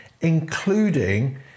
including